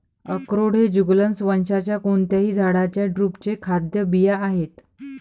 अक्रोड हे जुगलन्स वंशाच्या कोणत्याही झाडाच्या ड्रुपचे खाद्य बिया आहेत